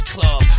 Club